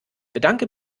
bedanke